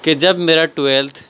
کہ جب میرا ٹویلتھ